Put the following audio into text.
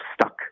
stuck